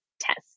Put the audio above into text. test